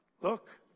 Look